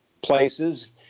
places